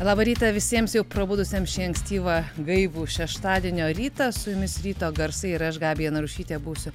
labą rytą visiems jau prabudusiem ši ankstyvą gaivų šeštadienio rytą su jumis ryto garsai ir aš gabija narušytė būsiu